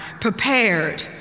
prepared